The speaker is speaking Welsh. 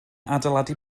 adeiladu